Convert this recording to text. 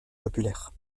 populaire